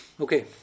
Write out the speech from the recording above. Okay